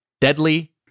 Deadly